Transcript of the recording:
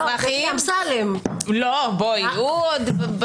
כן, אין מזרחיים.